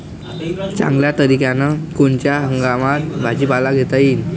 चांगल्या तरीक्यानं कोनच्या हंगामात भाजीपाला घेता येईन?